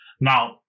Now